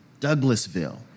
Douglasville